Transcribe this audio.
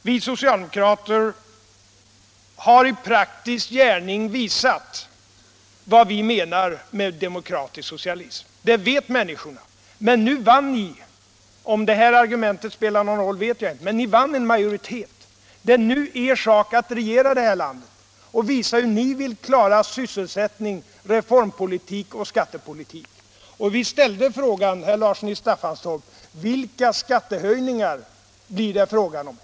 Vi socialdemokrater har emellertid i praktisk gärning visat vad vi menar med demokratisk socialism. Det vet människorna. Men nu vann ni valet. Om det här argumentet spelade någon roll för valutgången vet jag inte, men ni är nu i majoritet och det är nu er sak att regera det här landet och visa hur ni vill klara vår sysselsättning, reformpolitik och skattepolitik. Vi ställde frågan, herr Larsson i Staffanstorp: Vilka skattehöjningar blir det?